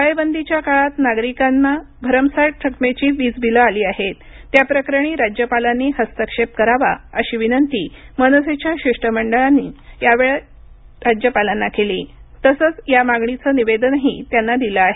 टाळेबंदीच्या काळात नागरिकांनी भरमसाठ रकमेची वीजबिलं आली आहेत त्या प्रकरणी राज्यपालांनी हस्तक्षेप करावा अशी विनंती मनसेच्या शिष्टमंडळानं यावेळी राज्यपालांना केली तसंच या मागणीचं निवेदनही त्यांना दिलं आहे